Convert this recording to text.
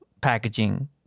packaging